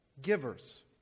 Givers